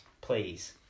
please